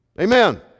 Amen